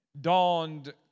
dawned